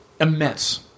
immense